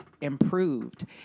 improved